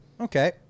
Okay